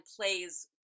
plays